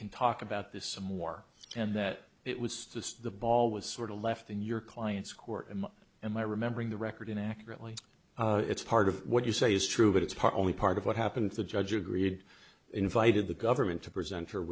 can talk about this some more and that it was just the ball was sort of left in your client's court and in my remembering the record inaccurately it's part of what you say is true but it's part only part of what happened the judge agreed invited the government to present